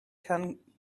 can